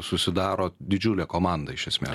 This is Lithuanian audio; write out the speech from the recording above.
susidaro didžiulė komanda iš esmė